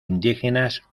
indígenas